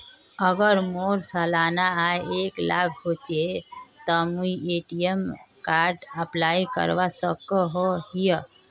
अगर मोर सालाना आय एक लाख होचे ते मुई ए.टी.एम कार्ड अप्लाई करवा सकोहो ही?